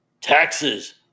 taxes